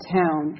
town